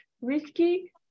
risky